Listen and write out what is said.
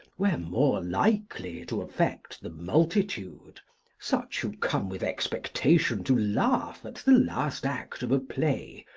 were more likely to affect the multitude such, who come with expectation to laugh at the last act of a play,